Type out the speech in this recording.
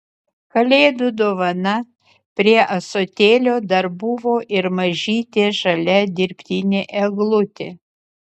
kalėdų dovana prie ąsotėlio dar buvo ir mažytė žalia dirbtinė eglutė